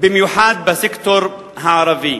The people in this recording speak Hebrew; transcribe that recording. במיוחד בסקטור הערבי.